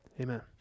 Amen